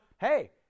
hey